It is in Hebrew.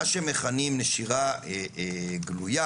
מה שמכנים "נשירה גלויה"